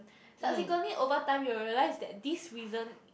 subsequently over time you will realise that this reason